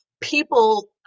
people